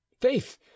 faith